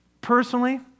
Personally